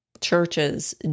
churches